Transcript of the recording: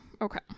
okay